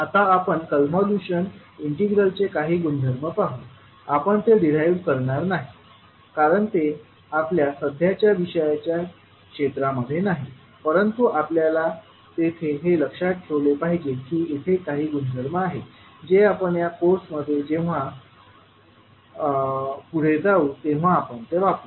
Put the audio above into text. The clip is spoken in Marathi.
आता आपण कॉन्व्होल्यूशन इंटिग्रलचे काही गुणधर्म पाहू आपण ते डिराइव्ह करणार नाहीत कारण ते आपल्या सध्याच्या विषयाच्या क्षेत्रामध्ये नाही परंतु आपल्याला तेथे हे लक्षात ठेवले पाहिजे की येथे काही गुणधर्म आहेत जे आपण या कोर्समध्ये जेव्हा पुढे जाऊ तेव्हा आपण ते वापरू